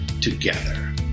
together